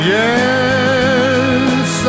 yes